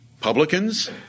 publicans